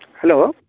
hello